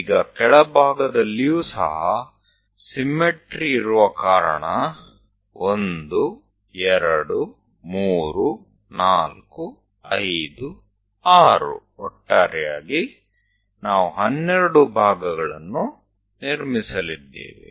ಈಗ ಕೆಳಭಾಗದಲ್ಲಿಯೂ ಸಹ ಸಿಮ್ಮೆಟ್ರಿ ಇರುವ ಕಾರಣ 1 2 3 4 5 6 ಒಟ್ಟಾರೆಯಾಗಿ ನಾವು 12 ಭಾಗಗಳನ್ನು ನಿರ್ಮಿಸಲಿದ್ದೇವೆ